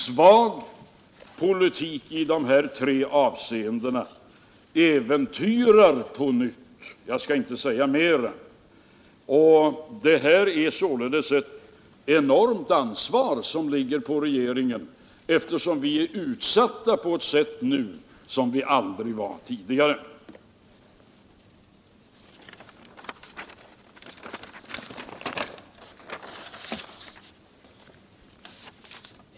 Svag politik i de här tre avseendena äventyrar på nytt kronans ställning — jag skall inte säga mera. Det är således ett enormt ansvar som ligger på regeringen, eftersom vi är utsatta på ett sätt nu som vi aldrig var tidigare.